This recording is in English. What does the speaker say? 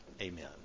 Amen